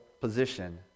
position